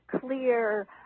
clear